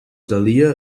dahlia